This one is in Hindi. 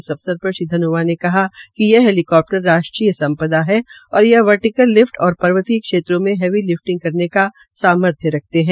इस अवसर र श्री धनौआ ने कहा कि यह हैलीकप्टर राष्ट्रीय सम् दा है और यह वर्टीकल लिफट और श्र्वतीय क्षेत्रों में हैवी लिफटिंग करने का सामर्थ्य रखते है